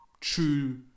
true